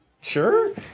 sure